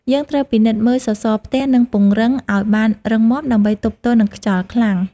យើងត្រូវពិនិត្យមើលសសរផ្ទះ និងពង្រឹងឱ្យបានរឹងមាំដើម្បីទប់ទល់នឹងខ្យល់ខ្លាំង។